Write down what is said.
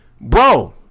Bro